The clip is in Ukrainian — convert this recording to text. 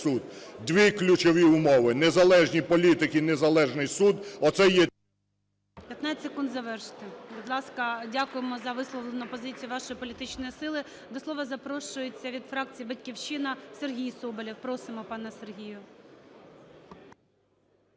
Дві ключові умови – незалежні політики і незалежний суд